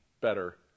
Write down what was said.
better